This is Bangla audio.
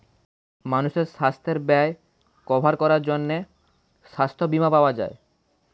মানুষের সাস্থের ব্যয় কভার করার জন্যে সাস্থ বীমা পাওয়া যায়